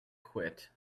quit